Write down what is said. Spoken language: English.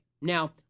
Now